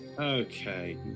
Okay